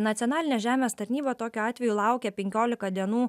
nacionalinė žemės tarnyba tokiu atveju laukia penkiolika dienų